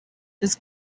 this